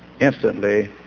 instantly